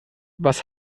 was